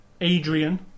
adrian